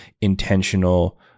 intentional